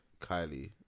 Kylie